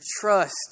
trust